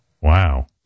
Wow